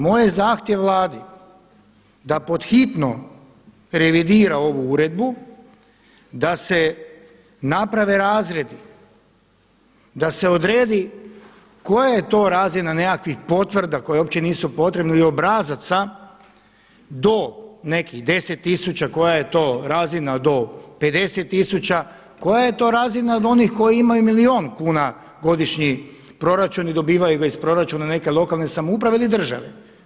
Moj je zahtjev Vladi da pod hitno revidira ovu uredbu, da se naprave razredi, da se odredi koja je to razina nekakvih potvrda koje uopće nisu potrebne ili obrazaca do nekih 10 tisuća koja je to razina do 50 tisuća, koja je to razina od onih koji imaju milijun kuna godišnji proračun i dobivaju ga iz proračuna neke lokalne samouprave ili države.